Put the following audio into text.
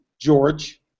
George